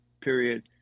period